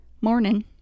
morning